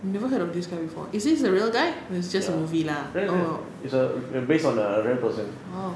never heard of this guy before is this a real guy oh it's just a movie lah oh